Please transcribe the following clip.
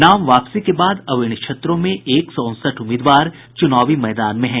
नाम वापसी के बाद अब इन क्षेत्रों में एक सौ उनसठ उम्मीदवार चुनावी मैदान में हैं